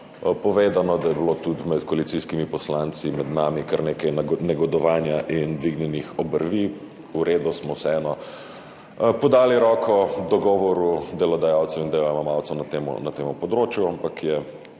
povedano, da je bilo tudi med koalicijskimi poslanci, med nami, kar nekaj negodovanja in dvignjenih obrvi. V redu, smo vseeno podali roko dogovoru delodajalcev in delojemalcev na tem področju, ampak se